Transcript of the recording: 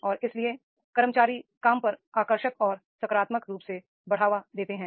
और इसलिए कर्मचारी काम पर आकर्षक और सकारात्मक रूप से बढ़ावा देते हैं